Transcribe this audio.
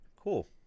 Cool